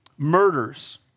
murders